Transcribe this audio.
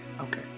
Okay